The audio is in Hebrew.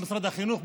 במשרד החינוך,